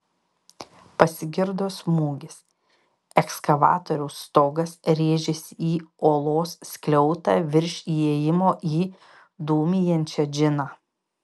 pasigirdo smūgis ekskavatoriaus stogas rėžėsi į olos skliautą virš įėjimo į dūmijančią džiną